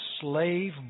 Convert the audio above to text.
slave